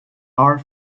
are